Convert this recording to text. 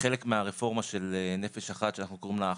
וכחלק מהרפורמה של נפש אחת שאנחנו קוראים לה,